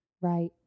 Right